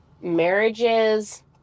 marriages